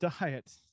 diet